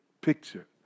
picture